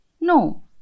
No